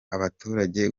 abaturage